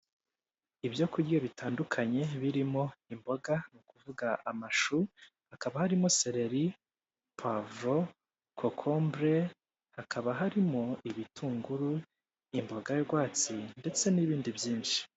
Ibyo kurya bitandukanye birimo imboga ni ukuvuga amashu hakaba harimo seleri, pavuro, kokobure hakaba harimo ibitunguru, imbogarwatsi ndetse n'ibindi byinshi.